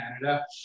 Canada